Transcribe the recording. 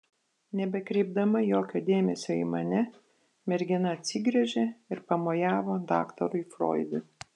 nebekreipdama jokio dėmesio į mane mergina atsigręžė ir pamojavo daktarui froidui